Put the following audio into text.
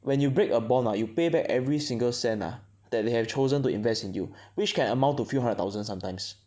when you break a bond ah you pay back every single cent ah that they have chosen to invest in you which can amount to few hundred thousand sometimes